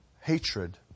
hatred